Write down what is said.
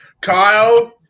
Kyle